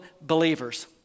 believers